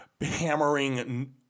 hammering